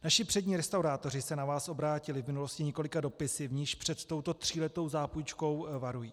Naši přední restaurátoři se na vás obrátili v minulosti několika dopisy, v nichž před touto tříletou zápůjčkou varují.